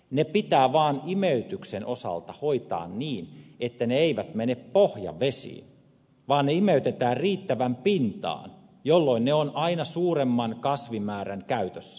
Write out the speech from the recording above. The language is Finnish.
ne pitää vaan imeytyksen osalta hoitaa niin että ne eivät mene pohjavesiin vaan ne imeytetään riittävän pintaan jolloin ne ovat aina suuremman kasvimäärän käytössä